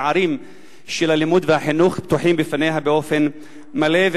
השערים של הלימוד והחינוך פתוחים בפניה באופן מלא.